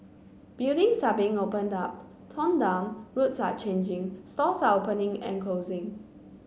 buildings are being opened up torn down roads are changing stores are opening and closing